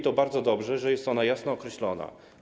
To bardzo dobrze, że jest ona jasno określona.